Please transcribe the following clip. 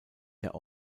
der